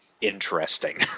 interesting